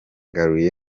akamaro